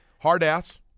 Hard-ass